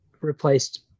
replaced